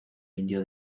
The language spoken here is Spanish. indio